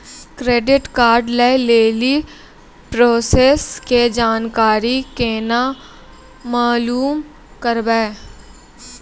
Credit card लय लेली process के जानकारी केना मालूम करबै?